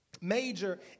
Major